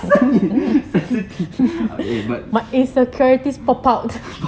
but